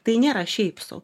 tai nėra šiaip sau